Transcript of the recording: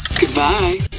Goodbye